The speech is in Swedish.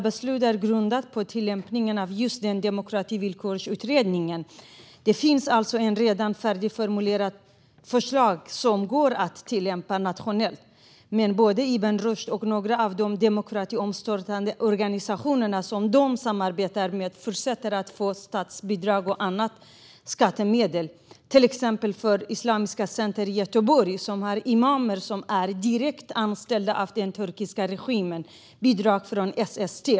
Beslutet är grundat på tillämpningen av just Demokrativillkorsutredningen. Det finns alltså redan ett färdigformulerat förslag som går att tillämpa nationellt. Men både Ibn Rushd och några av de demokratiomstörtande organisationer som de samarbetar med fortsätter att få statsbidrag och andra skattemedel. Till exempel får det islamiska centret i Göteborg som har imamer som är direkt anställda av den turkiska regimen bidrag från SST.